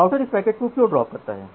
router इस packet को क्यों ड्राप करता है